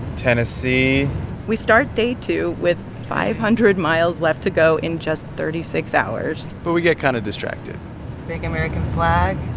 tennessee we start day two with five hundred miles left to go in just thirty six hours but we get kind of distracted big american flag.